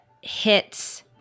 hits